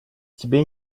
тебе